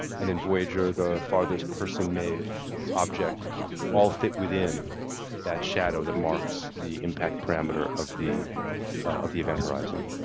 and then voyager, the farthest person-made object all fit within that shadow that marks the impact parameter of the of the event horizon.